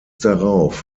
darauf